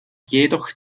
jedoch